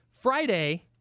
Friday